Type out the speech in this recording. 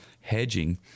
hedging